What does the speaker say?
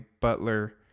butler